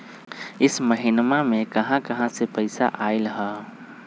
इह महिनमा मे कहा कहा से पैसा आईल ह?